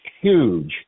huge